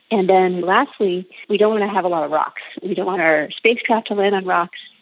and then lastly we don't want to have a lot of rocks, we don't want our spacecraft to land on rocks.